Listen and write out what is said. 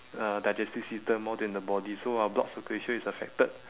uh digestive system more than the body so our blood circulation is affected